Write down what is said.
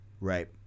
right